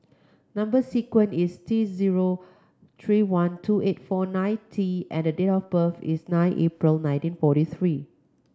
number sequence is T zero three one two eight four nine T and the date of birth is nine April nineteen forty three